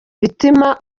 bituma